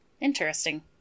interesting